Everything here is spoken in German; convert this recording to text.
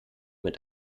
mit